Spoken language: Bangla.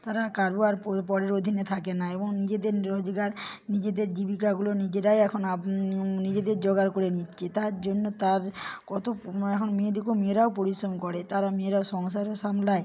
তারা কারুর আর পরের অধীনে থাকে না এবং নিজেদের রোজগার নিজেদের জীবিকাগুলো নিজেরাই এখন আব নিজেদের যোগাড় করে নিচ্ছে তার জন্য তার কত এখন মেয়েদেরকে মেয়েরাও পরিশ্রম করে তারা মেয়েরাও সংসারও সামলায়